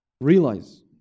Realize